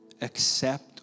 Accept